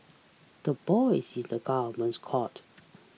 the ball is in the government's court